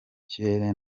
kirere